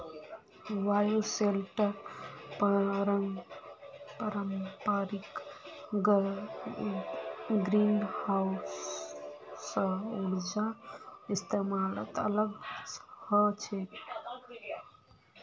bioshelter पारंपरिक greenhouse स ऊर्जार इस्तमालत अलग ह छेक